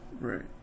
Right